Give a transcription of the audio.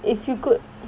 if you could